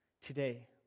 today